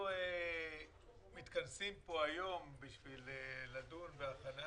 אנחנו מתכנסים פה היום בשביל לדון בהכנה